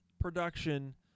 production